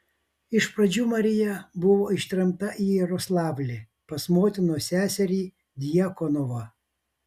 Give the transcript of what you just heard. iš pradžių marija buvo ištremta į jaroslavlį pas motinos seserį djakonovą